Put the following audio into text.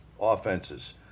offenses